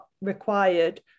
required